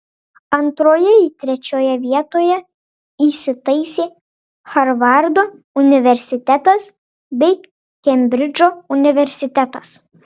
antroje į trečioje vietoje įsitaisė harvardo universitetas bei kembridžo universitetas